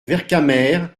vercamer